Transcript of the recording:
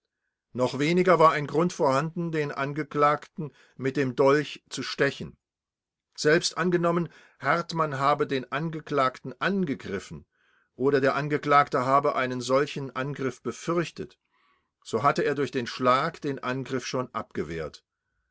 noch weniger war ein grund vorhanden den angeklagten mit dem dolch zu stechen selbst angenommen hartmann habe den angeklagten angegriffen oder der angeklagte habe einen solchen angriff befürchtet so hatte er durch den schlag den angriff schon abgewehrt